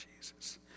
Jesus